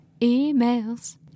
Emails